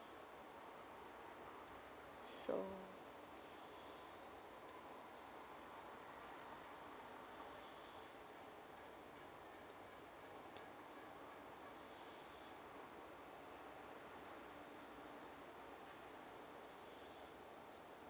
so